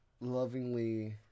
lovingly